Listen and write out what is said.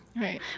Right